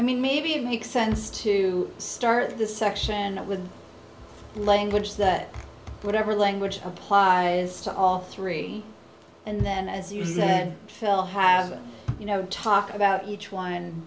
i mean maybe it makes sense to start the section with language that whatever language applies to all three and then as you said phil has you know talk about each one